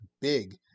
big